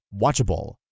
watchable